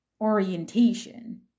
orientation